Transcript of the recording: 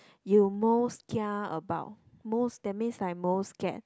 you most kia about most that means like most scared